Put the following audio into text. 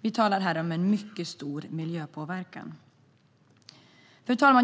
Vi talar här om en mycket stor miljöpåverkan. Fru talman!